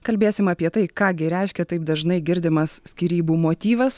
kalbėsim apie tai ką gi reiškia taip dažnai girdimas skyrybų motyvas